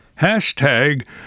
hashtag